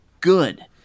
good